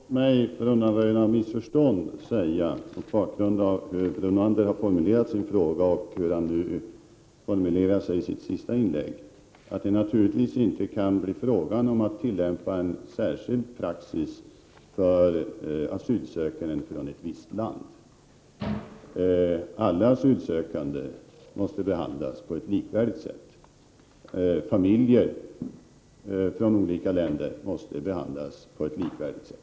Herr talman! Låt mig för undanröjande av missförstånd, och mot bakgrund av hur Lennart Brunander har formulerat sin fråga och hur han formulerade sig i sitt senaste inlägg, säga att det naturligtvis inte kan bli fråga om att tillämpa en särskild praxis för asylsökande från ett visst land. Alla asylsökande måste behandlas på ett likvärdigt sätt. Familjer från olika länder måste behandlas på ett likvärdigt sätt.